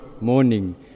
morning